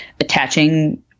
attaching